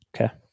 okay